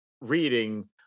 reading